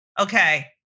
okay